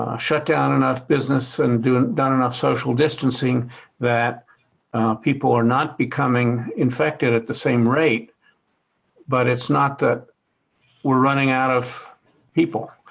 ah shut down enough business and done enough social distancing that people are not becoming infected at the same rate but it's not that we're running out of people,